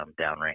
downrange